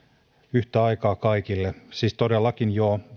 yhtä aikaa kaikille siis todellakin joo